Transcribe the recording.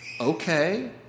Okay